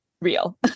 real